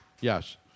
Yes